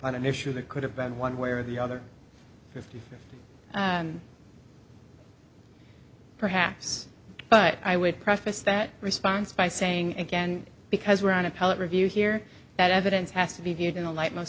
on an issue that could have been one way or the other fifty perhaps but i would preface that response by saying again because we're on appellate review here that evidence has to be viewed in the light most